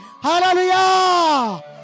Hallelujah